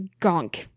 gonk